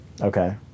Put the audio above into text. Okay